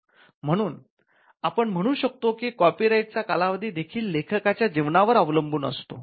म्हणून आपण म्हणू शकता की कॉपीराइटचा कालावधी देखील लेखकाच्या जीवनावर अवलंबून असतो